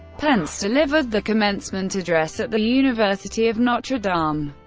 pence delivered the commencement address at the university of notre dame. um